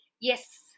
Yes